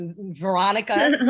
Veronica